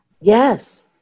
Yes